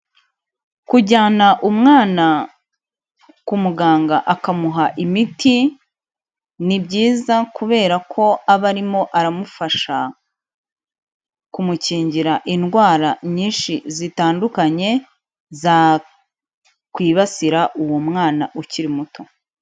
Kujyana umwana ku muganga akamuha imiti, ni byiza kubera ko aba arimo aramufasha kumukingira indwara nyinshi zitandukanye zakwibasira uwo mwana ukiri muto.